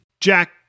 Jack